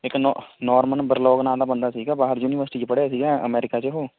ਇੱਕ ਨੌਹ Norman Borlaug ਨਾਮ ਦਾ ਬੰਦਾ ਸੀਗਾ ਬਾਹਰ ਯੂਨੀਵਰਸਿਟੀ 'ਚ ਪੜ੍ਹਿਆ ਸੀਗਾ ਅਮੈਰੀਕਾ 'ਚ ਉਹ